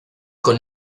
con